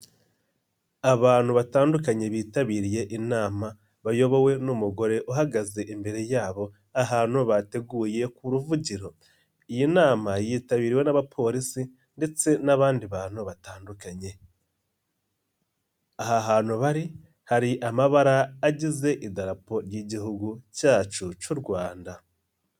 Abantu batandukanye bitabiriye inama bayobowe n'umugore uhagaze imbere yabo ahantu bateguye ku ruvugiro, iyi nama yitabiriwe n'abapolisi ndetse n'abandi bantu batandukanye, aha hantu bari hari amabara agize Idarapo ry'Igihugu cyacu cy'u Rwanda.